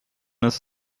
ist